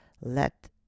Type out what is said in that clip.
let